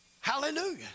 Hallelujah